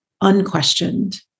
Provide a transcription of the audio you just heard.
Unquestioned